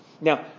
Now